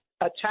attack